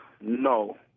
no